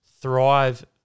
thrive